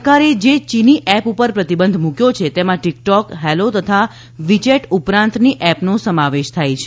સરકારે જે યીની એપ ઉપર પ્રતિબંધ મૂક્યો છે તેમાં ટીકટોક હેલો તથા વીચેટ ઉપરાંતની એપનો સમાવેશ થાય છે